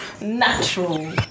natural